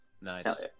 Nice